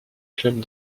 clubs